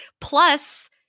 plus